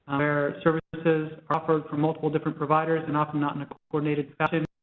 where services are offered for multiple different providers and often not in a coordinated fashion,